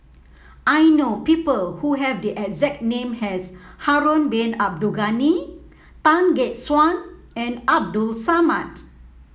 I know people who have the exact name as Harun Bin Abdul Ghani Tan Gek Suan and Abdul Samad